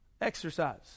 exercise